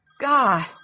God